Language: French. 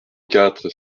quatre